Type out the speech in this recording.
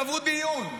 קבעו דיון.